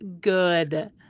good